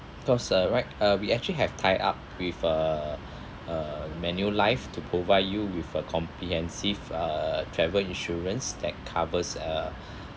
cause uh right uh we actually have tied up with uh uh manulife to provide you with a comprehensive uh travel insurance that covers uh